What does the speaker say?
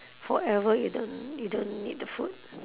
forever you don't you don't need the food